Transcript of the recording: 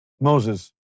Moses